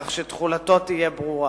כך שתחולתו תהיה ברורה.